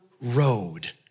road